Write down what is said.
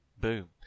boom